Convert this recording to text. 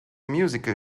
musical